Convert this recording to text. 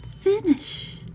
finish